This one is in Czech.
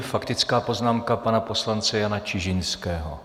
Faktická poznámka pana poslance Jana Čižinského.